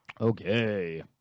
Okay